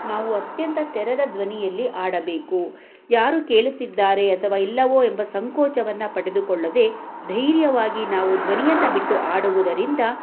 ನಾವು ಅತ್ಯಂತ ತೆರೆದ ಧ್ವನಿಯಲ್ಲಿ ಹಾಡಬೇಕು ಯಾರು ಕೇಳುತ್ತಿದ್ದಾರೆ ಅಥವಾ ಇಲ್ಲವೋ ಎಂಬ ಸಂಕೋಚವನ್ನು ಪಡೆದುಕೊಳ್ಳದೆ ಧೈರ್ಯವಾಗಿ ನಾವು ಧ್ವನಿಯನ್ನು ಬಿಟ್ಟು ಹಾಡುವುದರಿಂದ